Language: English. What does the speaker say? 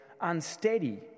unsteady